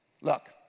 Look